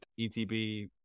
ETB